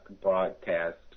broadcast